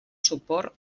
suport